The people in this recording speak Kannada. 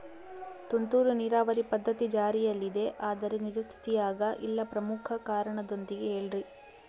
ತುಂತುರು ನೇರಾವರಿ ಪದ್ಧತಿ ಜಾರಿಯಲ್ಲಿದೆ ಆದರೆ ನಿಜ ಸ್ಥಿತಿಯಾಗ ಇಲ್ಲ ಪ್ರಮುಖ ಕಾರಣದೊಂದಿಗೆ ಹೇಳ್ರಿ?